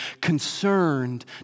concerned